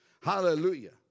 hallelujah